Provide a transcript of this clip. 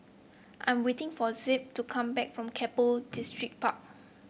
I'm waiting for Zeb to come back from Keppel Distripark